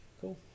Cool